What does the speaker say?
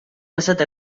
passat